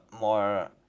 More